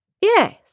Yes